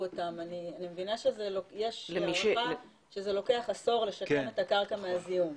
אני מבינה שזה אורך עשור לשקם את הקרקע מהזיהום.